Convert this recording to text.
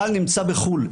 הבעל נמצא בחו"ל,